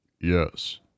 Yes